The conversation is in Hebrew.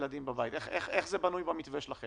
איך זה בנוי במתווה שלכם?